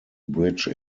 bridge